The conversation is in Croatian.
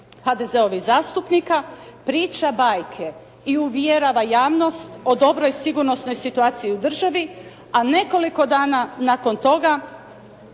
HDZ-ovih zastupnika priča bajke i uvjerava javnost o dobroj sigurnosnoj situaciji u državi, a nekoliko dana nakon toga